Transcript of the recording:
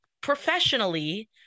professionally